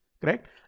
correct